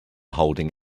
holding